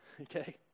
okay